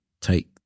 take